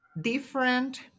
different